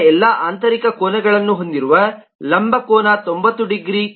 ಅದರ ಎಲ್ಲಾ ಆಂತರಿಕ ಕೋನಗಳನ್ನು ಹೊಂದಿರುವ ಲಂಬ ಕೋನ 90 ಡಿಗ್ರಿ